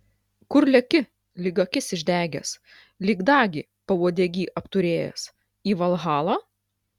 kur leki lyg akis išdegęs lyg dagį pauodegy apturėjęs į valhalą